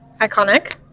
Iconic